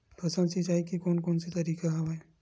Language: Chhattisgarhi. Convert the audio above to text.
फसल सिंचाई के कोन कोन से तरीका हवय?